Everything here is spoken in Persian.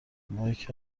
مایک